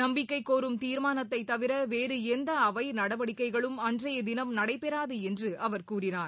நம்பிக்கைக்கோரும் தீர்மானத்தைத் தவிர வேறு எந்த அவை நடவடிக்கைகளும் அன்றைய தினம் நடைபெறாது என்று அவர் கூறினார்